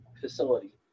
facility